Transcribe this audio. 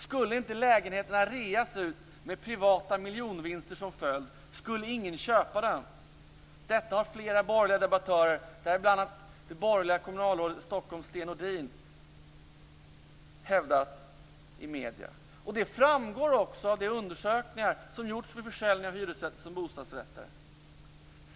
Skulle inte lägenheterna reas ut, med privata miljonvinster som följd, skulle ingen köpa dem! Detta har flera borgerliga debattörer hävdat i medierna, däribland det borgerliga borgarrådet i Stockholm Sten Nordin. Det framgår också av de undersökningar som gjorts vid försäljning av hyresrätter som bostadsrätter.